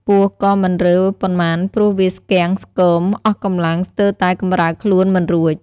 ពស់ក៏មិនរើប៉ុន្មានព្រោះវាស្គាំងស្គមអស់កំលាំងស្ទើរតែកំរើកខ្លួនមិនរួច ។